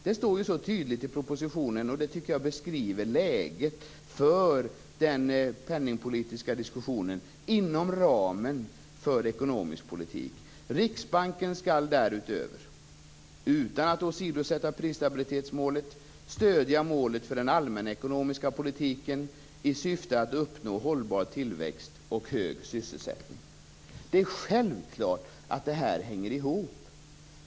Det står ju så tydligt i propositionen, och jag tycker att det beskriver läget för den penningpolitiska diskussionen inom ramen för ekonomisk politik. Riksbanken skall därutöver, utan att åsidosätta prisstabilitetsmålet, stödja målet för den allmänekonomiska politiken i syfte att uppnå hållbar tillväxt och hög sysselsättning. Det är självklart att detta hänger ihop.